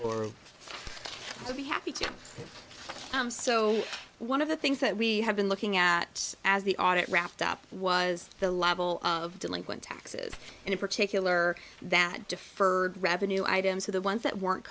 do so one of the things that we have been looking at as the audit wrapped up was the level of delinquent taxes and in particular that deferred revenue items were the ones that weren't